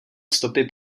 stopy